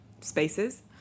spaces